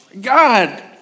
God